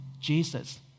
Jesus